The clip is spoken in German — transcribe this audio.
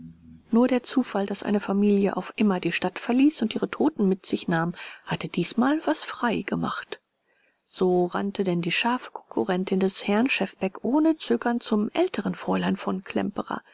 nur der zufall daß eine familie auf immer die stadt verließ und ihre toten mit sich nahm hatte diesmal was frei gemacht so rannte denn die scharfe konkurrentin des herrn schefbeck ohne zögern zum älteren fräulein von klemperer